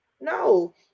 no